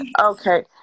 okay